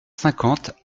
cinquante